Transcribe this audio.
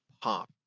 pop